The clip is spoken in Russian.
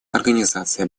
организации